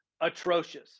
atrocious